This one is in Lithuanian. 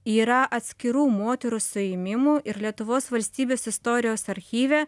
yra atskirų moterų suėmimų ir lietuvos valstybės istorijos archyve